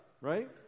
right